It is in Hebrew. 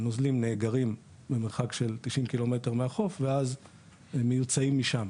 הנוזלים נאגרים במרחק של 90 ק"מ מהחוף ואז הם מיוצאים משם,